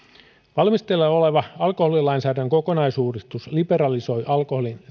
valmisteilla oleva alkoholilainsäädännön kokonaisuudistus liberalisoi alkoholin